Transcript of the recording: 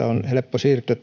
on helppo siirtyä